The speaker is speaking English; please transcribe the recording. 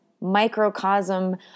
microcosm